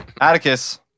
Atticus